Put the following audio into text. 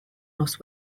nos